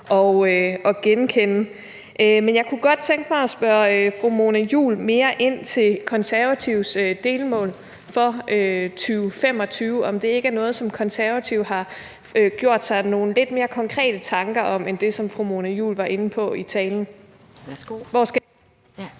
at genkende. Men jeg kunne godt tænke mig at spørge fru Mona Juul mere ind til Konservatives delmål for 2025, og om det ikke er noget, som Konservative har gjort sig nogle lidt mere konkrete tanker om end det, som fru Mona Juul var inde på i talen.